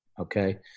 okay